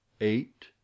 eight